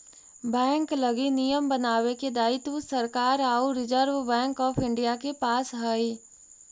bank लगी नियम बनावे के दायित्व सरकार आउ रिजर्व बैंक ऑफ इंडिया के पास हइ